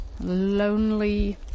lonely